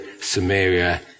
Samaria